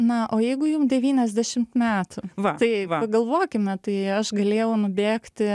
na o jeigu jum devyniasdešimt metų tai pagalvokime tai aš galėjau nubėgti